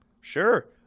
Sure